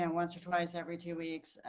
and once or twice every two weeks,